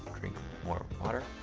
drink more water,